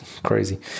crazy